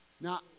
Now